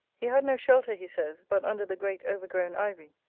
he had no shelter, he says, but under the great overgrown ivy,